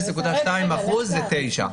0.2% מזה זה תשעה.